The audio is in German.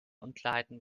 unklarheiten